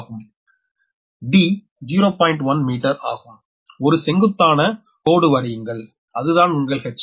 1 metre ஆகும் ஓரு செங்குத்தான கொடு வரையுங்கள் அதுதான் உங்கள் h